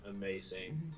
amazing